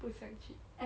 不想去